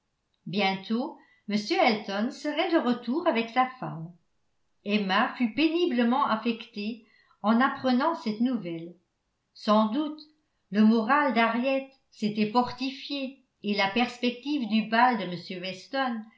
bientôt m elton serait de retour avec sa femme emma fut péniblement affectée en apprenant cette nouvelle sans doute le moral d'henriette s'était fortifié et la perspective du bal de m weston